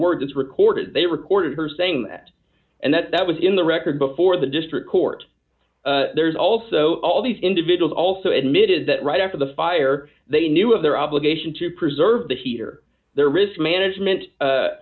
words reported they reported her saying that and that that was in the record before the district court there's also all these individuals also admitted that right after the fire they knew of their obligation to preserve the heat or their risk management